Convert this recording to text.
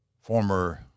former